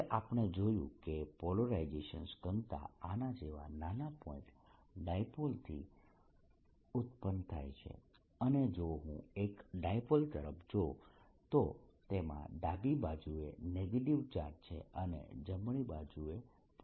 હવે આપણે જોયું છે કે પોલરાઇઝેશન ઘનતા આના જેવા નાના પોઇન્ટ ડાયપોલથી ઉત્પન્ન થાય છે અને જો હું એક ડાયપોલ તરફ જોઉં તો તેમાં ડાબી બાજુએ નેગેટીવ ચાર્જ છે અને જમણી બાજુએ પોઝિટીવ ચાર્જ છે